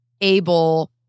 able